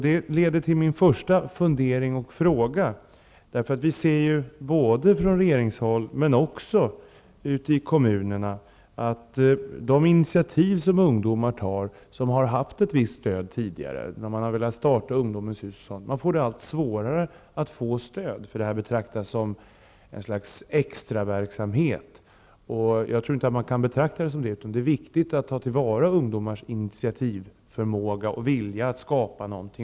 Detta leder till min första fundering och fråga. Vi ser ju, och det gäller såväl från regeringshåll som ute i kommunerna, att det när det gäller de initiativ som ungdomar tar och som tidigare haft ett visst stöd -- jag tänker då på t.ex. detta med att starta ungdomens hus -- blir allt svårare att få detta stöd. Sådan här verksamhet betraktas som ett slags extraverksamhet. Men jag tror inte att man skall se det här så. I stället är det viktigt att ta till vara ungdomars initiativförmåga och vilja att själva skapa något.